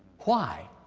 why?